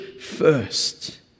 first